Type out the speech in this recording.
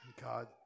God